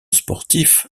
sportif